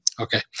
Okay